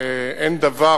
אין דבר